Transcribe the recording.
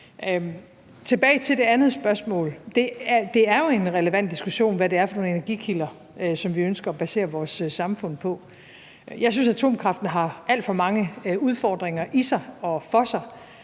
tilbage til det andet spørgsmål, så er det jo en relevant diskussion, hvad det er for nogle energikilder, som vi ønsker at basere vores samfund på. Jeg synes, at atomkraften har alt for mange udfordringer i sig og for sig,